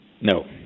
No